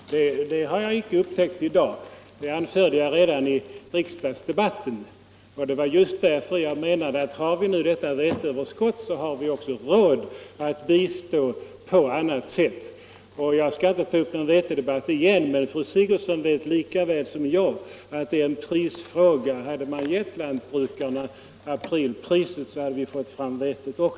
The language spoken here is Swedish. Herr talman! Detta har jag icke upptäckt i dag, utan det anförde jag redan under riksdagsdebatten i höstas. Och det är just därför jag menar att har vi nu detta veteöverskott, så har vi också råd att bistå på annat sätt. Jag skall inte ta upp någon vetedebatt igen, men fru Sigurdsen vet lika väl som jag att det hela är en prisfråga. Hade man gett lantbrukarna aprilpriset, hade man också fått fram vetet nu.